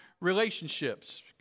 relationships